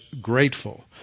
grateful